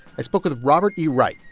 i spoke with robert e. wright.